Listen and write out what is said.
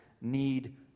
need